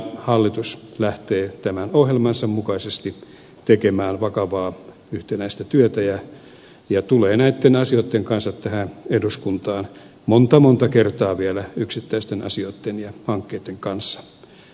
hallitus lähtee tämän ohjelmansa mukaisesti tekemään vakavaa yhtenäistä työtä ja tulee näitten asioitten kanssa tänne eduskuntaan monta monta kertaa vielä yksittäisten asioitten ja hankkeitten kanssa